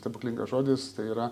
stebuklingas žodis tai yra